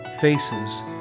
faces